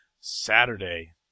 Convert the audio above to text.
Saturday